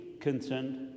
concerned